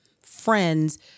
friends